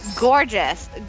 gorgeous